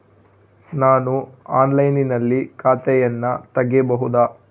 ನಾನು ಆನ್ಲೈನಿನಲ್ಲಿ ಖಾತೆಯನ್ನ ತೆಗೆಯಬಹುದಾ?